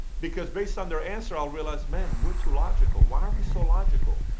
because based on their answer i'll realize, man, we're too logical. why are we so logical?